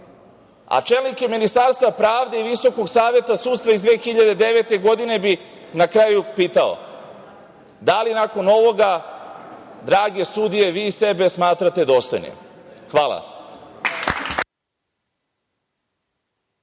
a čelnike Ministarstva pravde i Visokog saveta sudstva iz 2009. godine bih na kraju pitao - da li nakon ovoga, drage sudije, vi sebe smatrate dostojnim? Hvala.